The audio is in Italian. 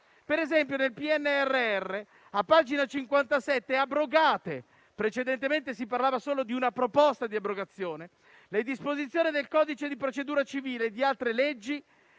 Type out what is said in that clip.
Per esempio nel PNRR, a pagina 57, abrogate (precedentemente si parlava solo di una proposta di abrogazione) le disposizioni del codice di procedura civile e di altre leggi